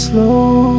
Slow